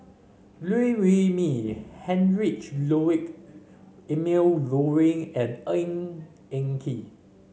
Liew Wee Mee Heinrich Ludwig Emil Luering and Ng Eng Kee